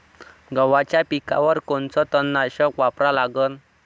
गव्हाच्या पिकावर कोनचं तननाशक वापरा लागन?